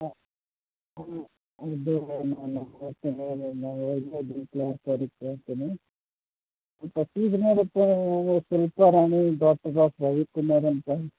ಅದು ನಾನು ಕ್ಲರ್ಕ್ ಅವ್ರಿಗೆ ಕೇಳ್ತೀನಿ ಸ್ವಲ್ಪ ಫೀಸ್ ನೋಡಪ್ಪ ಶಿಲ್ಪಾರಾಣಿ ಡಾಟರ್ ಆಫ್ ರವಿಕುಮಾರ್ ಅಂತ